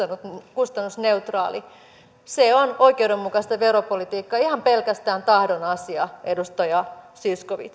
kustannusneutraali se on oikeudenmukaista veropolitiikkaa ja ihan pelkästään tahdon asia edustaja zyskowicz